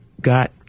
got